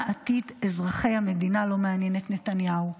עתיד אזרחי המדינה לא מעניין את נתניהו,